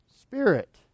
Spirit